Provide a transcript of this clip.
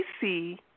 see